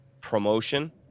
promotion